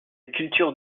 culture